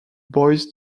boys